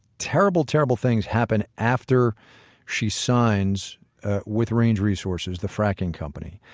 terrible, terrible things happen after she signs with range resources, the fracking company.